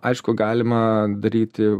aišku galima daryti